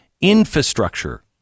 Infrastructure